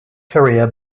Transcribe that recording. career